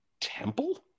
Temple